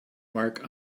mark